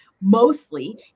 mostly